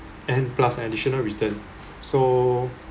and plus additional return so